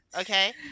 Okay